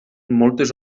moltes